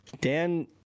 Dan